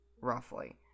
roughly